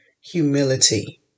humility